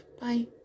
Bye